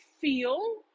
feel